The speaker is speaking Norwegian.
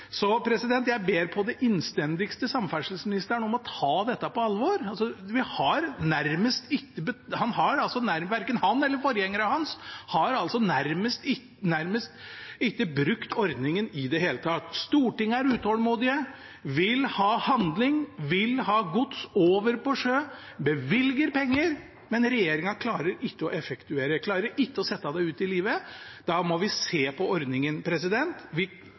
så jeg ber på det mest innstendige samferdselsministeren ta dette på alvor. Han har nærmest ikke, verken han eller forgjengeren hans, brukt ordningen i det hele tatt. Stortinget er utålmodig, vil ha handling, vil ha gods over på sjø, bevilger penger, men regjeringen klarer ikke å effektuere, klarer ikke å sette det ut i livet. Da må vi se på ordningen. Vi bør ikke få nok en rapport fra Riksrevisjonen der vi